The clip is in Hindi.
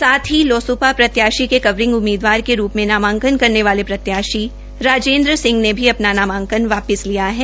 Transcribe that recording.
साथ ही लोस्पा प्रत्याशी के कवरिंग उम्मीदवार के रूप में नामांकन करने वाले प्रत्याशी राजेंद्र सिंह ने भी अपना नामांकन वापिस लिया है